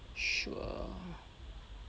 sure